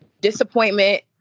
disappointment